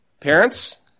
parents